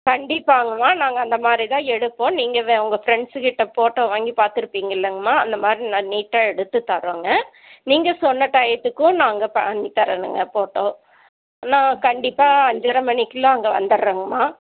கண்டிப்பாங்ககம்மா நாங்கள் அந்தமாதிரி தான் எடுப்போம் நீங்கள் வே உங்கள் ஃப்ரெண்ட்ஸுக்கிட்ட ஃபோட்டோ வாங்கி பார்த்துருப்பீங்கள்லங்கம்மா அந்தமாதிரி நல்லா நீட்டாக எடுத்துத்தரோங்க நீங்கள் சொன்ன டைத்துக்கும் நாங்கள் பண்ணித் தரணுங்க ஃபோட்டோ நான் கண்டிப்பாக அஞ்சரை மணிக்குலாம் அங்கே வந்துட்றேங்கம்மா